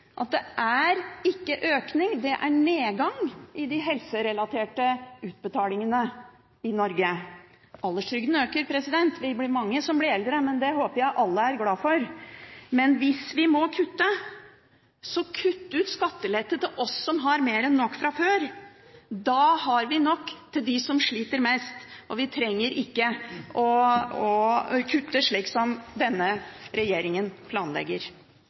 at det er ikke økning, men nedgang i de helserelaterte utbetalingene i Norge. Alderstrygden øker – vi er mange som blir eldre, men det håper jeg alle er glad for. Men hvis vi må kutte, så kutt ut skattelette til oss som har mer enn nok fra før. Da har vi nok til dem som sliter mest, og vi trenger ikke å kutte slik som denne regjeringen planlegger.